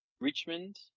Richmond